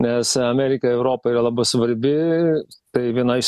nes amerika europai yra labai svarbi tai viena iš